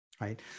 right